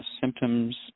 symptoms